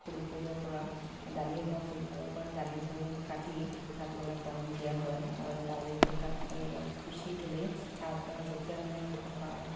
ফুলবোৰৰ পৰা ডালিৰে হোৱা ফুলবোৰৰ পৰা ডালিবোৰ কাটি তাত মানে কলম দিয়া হয় আৰু ডালিবোৰ তাত এনেকৈ খুচি থ'লেই তাৰপৰা যেতিয়া মানে পোখা